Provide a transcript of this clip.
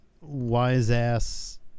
wise-ass